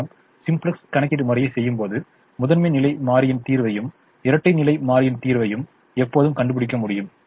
நாம் சிம்ப்ளக்ஸ் கணக்கிடுமுறையை செய்யும் போது முதன்மை நிலை மாறியின் தீர்வையும் இரட்டை நிலை மாறியின் தீர்வையும் எப்போதும் கண்டுபிடிக்க முடியும்